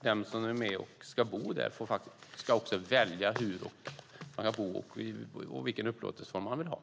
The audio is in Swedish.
Det är den som ska bo som själv ska välja hur och vilken upplåtelseform det ska vara.